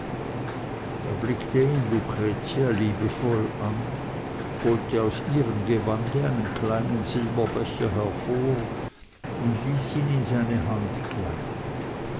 da blickte ihn lucretia liebevoll an holte aus ihrem gewande einen kleinen silberbecher hervor und ließ ihn in seine hand gleiten